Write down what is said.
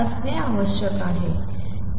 असणे आवश्यक आहे